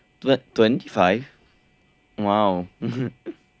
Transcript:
tw~ twenty five !wow!